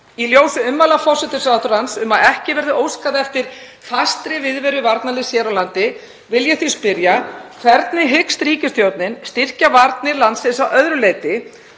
Í ljósi ummæla forsætisráðherrans um að ekki verði óskað eftir fastri viðveru varnarliðs hér á landi vil ég því spyrja: Hvernig hyggst ríkisstjórnin styrkja varnir landsins að öðru leyti?